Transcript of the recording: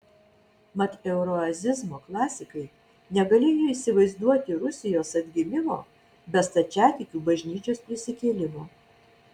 mat euroazizmo klasikai negalėjo įsivaizduoti rusijos atgimimo be stačiatikių bažnyčios prisikėlimo